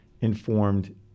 informed